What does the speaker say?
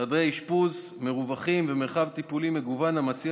חדרי אשפוז מרווחים ומרחב טיפולים מגוון המציע